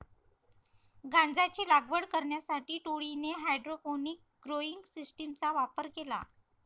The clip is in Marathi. गांजाची लागवड करण्यासाठी टोळीने हायड्रोपोनिक्स ग्रोइंग सिस्टीमचा वापर केला